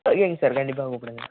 ஓகேங்க சார் கண்டிப்பாக கூப்பிடுங்க